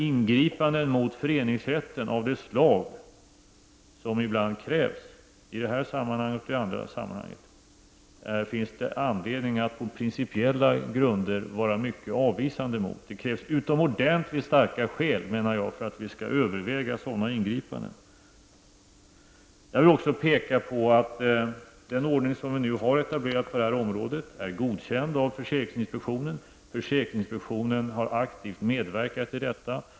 Ingripanden mot föreningsrätten av det slag som ibland krävs i detta sammanhang och andra sammanhang finns det anledning att på principiella grunder vara mycket avvisande mot. Det krävs utomordentligt starka skäl för att vi skall överväga sådana ingripanden. Jag vill vidare påpeka att den ordning som vi etablerat på det här området är godkänd av försäkringsinspektionen, som aktivt medverkat till detta.